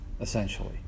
essentially